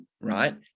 Right